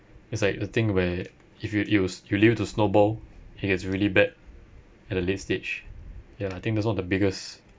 it's like the thing where if you you s~ you leave it to snowball it gets really bad at the late stage ya I think that's one of the biggest